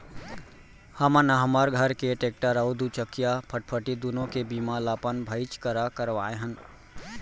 हमन हमर घर के टेक्टर अउ दूचकिया फटफटी दुनों के बीमा ल अपन भाईच करा करवाए हन